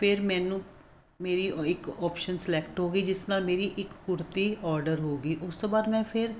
ਫਿਰ ਮੈਨੂੰ ਮੇਰੀ ਇੱਕ ਓਪਸ਼ਨ ਸਲੈਕਟ ਹੋ ਗਈ ਜਿਸ ਨਾਲ ਮੇਰੀ ਇੱਕ ਕੁੜਤੀ ਓਡਰ ਹੋ ਗਈ ਉਸ ਤੋਂ ਬਾਅਦ ਮੈਂ ਫਿਰ